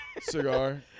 Cigar